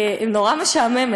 נורא משעממת,